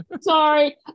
Sorry